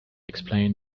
explained